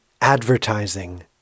Advertising